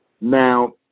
Now